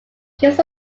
keeps